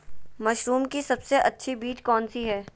Mushroom की सबसे अच्छी बीज कौन सी है?